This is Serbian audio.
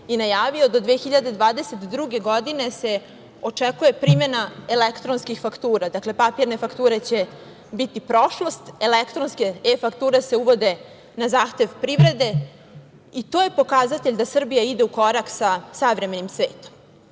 i najavio, do 2022. godine se očekuje primena elektronskih faktora. Dakle, papirne fakture će biti prošlost, E fakture se uvode na zahtev privrede. To je pokazatelj da Srbija ide u korak sa savremenim svetom. Kada